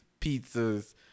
pizzas